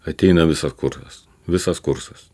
ateina visas kursas visas kursas